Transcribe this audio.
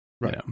right